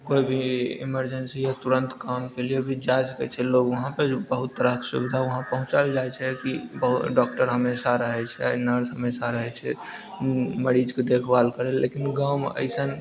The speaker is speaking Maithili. कोइ भी एमेरजेंसी हय तुरंत काम के लिए भी जा सकैत छै लोग वहाँ पे बहुत तरहके सुबिधा वहाँ पहुँचाएल जाइत छै की डॉक्टर हमेशा रहय छै नर्स हमेशा रहैत छै मरीजके देखभाल करै लऽ लेकिन गाँवमे अइसन